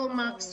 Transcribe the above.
תומקס,